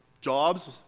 jobs